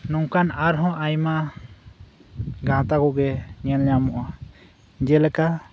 ᱱᱚᱝᱠᱟᱱ ᱟᱨᱦᱚᱸ ᱟᱭᱢᱟ ᱜᱟᱶᱛᱟᱠᱩᱜᱤ ᱧᱮᱞ ᱧᱟᱢᱚᱜᱼᱟ ᱡᱮᱞᱮᱠᱟ